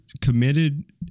committed